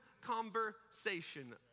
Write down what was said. conversation